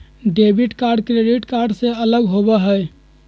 debit card credit card से अलग होबा हई